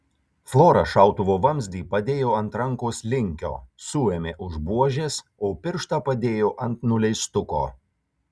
flora šautuvo vamzdį padėjo ant rankos linkio suėmė už buožės o pirštą padėjo ant nuleistuko